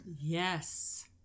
Yes